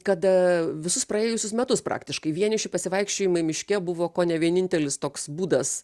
kada visus praėjusius metus praktiškai vieniši pasivaikščiojimai miške buvo kone vienintelis toks būdas